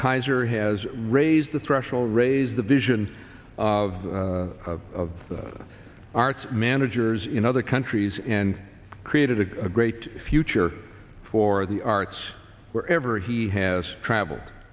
kaiser has raised the threshold raise the vision of arts managers in other countries and created a great future for the arts where ever he has traveled